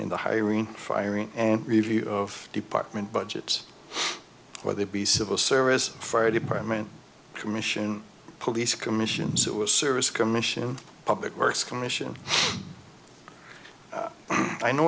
in the hiring firing and review of department budgets where they be civil service fire department commission police commission civil service commission public works commission i know